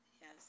Yes